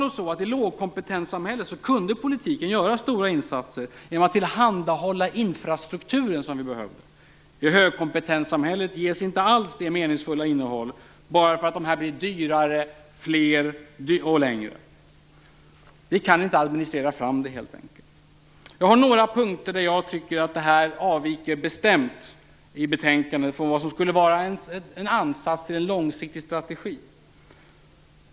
I lågkompetenssamhället kunde politiken göra stora insatser genom att tillhandahålla de infrastrukturer som vi behövde. Högkompetenssamhället ges inte alls ett meningsfullt innehåll bara därför att dessa blir dyrare och fler. Vi kan helt enkelt inte administrera fram dem. Jag har några punkter där jag tycker att betänkandet avviker bestämt från vad som skulle kunna vara en ansats till en långsiktig strategi.